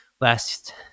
last